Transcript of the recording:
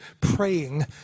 praying